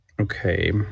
Okay